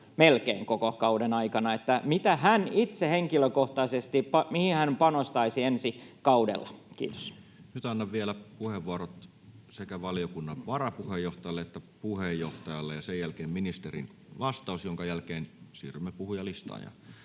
melkein koko kauden ajan — niin mihin hän itse henkilökohtaisesti panostaisi ensi kaudella? — Kiitos. Nyt annan vielä puheenvuorot sekä valiokunnan varapuheenjohtajalle että puheenjohtajalle. Sen jälkeen ministerin vastaus, jonka jälkeen siirrymme puhujalistaan.